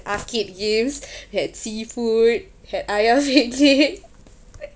arcade games had seafood had ayam